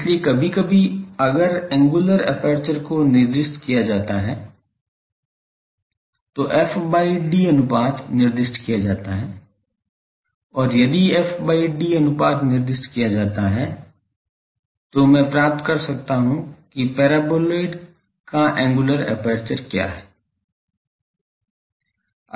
इसलिए कभी कभी अगर एंगुलर एपर्चर को निर्दिष्ट किया जाता है तो f by d अनुपात निर्दिष्ट किया जाता है और यदि f by d अनुपात निर्दिष्ट किया जाता है तो मैं पा सकता हूं कि पैराबोलॉइड का एंगुलर एपर्चर क्या है